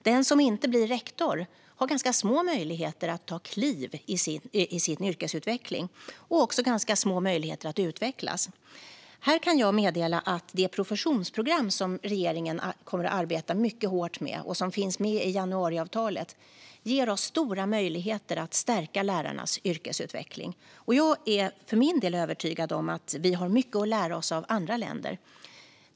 Den som inte blir rektor har ganska små möjligheter att ta kliv i sin yrkesutveckling och också ganska små möjligheter att utvecklas. Här kan jag meddela att det professionsprogram som regeringen kommer att arbeta mycket hårt med och som finns med i januariavtalet ger oss stora möjligheter att stärka lärarnas yrkesutveckling. Jag är för min del övertygad om att vi har mycket att lära oss av andra länder.